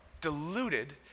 deluded